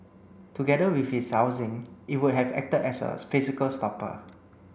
together with its housing it would have acted as a physical stopper